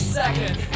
second